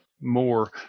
more